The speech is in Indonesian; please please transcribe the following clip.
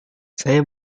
saya